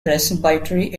presbytery